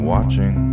Watching